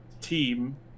team